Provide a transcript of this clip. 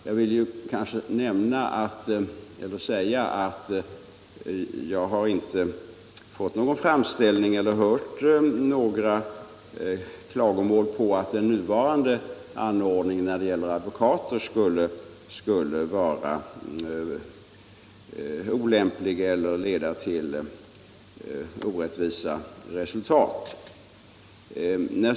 Jag vill dock säga att jag inte fått några klagomål som gått ut på att den nuvarande ordningen när det gäller advokater skulle vara olämplig eller leda till orättvisor.